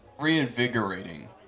reinvigorating